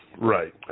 Right